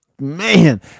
Man